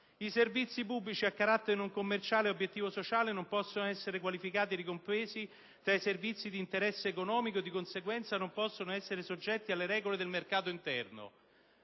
i servizi pubblici a carattere non commerciale e ad obiettivo sociale non possono essere qualificati e ricompresi tra i servizi di interesse economico e di conseguenza non possono essere soggetti alle regole del mercato interno».